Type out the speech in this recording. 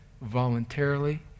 voluntarily